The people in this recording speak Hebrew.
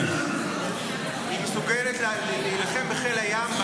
היא מסוגלת להילחם בחיל הים,